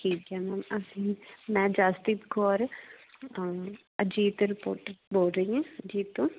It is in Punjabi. ਠੀਕ ਹੈ ਮੈਮ ਅਸੀਂ ਮੈਂ ਜਸਪ੍ਰੀਤ ਕੌਰ ਅਜੀਤ ਰਿਪੋਰਟਰ ਬੋਲ ਰਹੀ ਹਾਂ ਅਜੀਤ ਤੋਂ